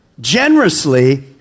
generously